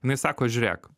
jinai sako žiūrėk